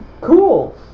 Cool